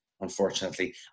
unfortunately